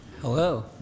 Hello